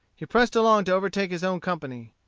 he pressed along to overtake his own company.